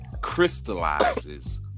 crystallizes